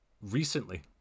recently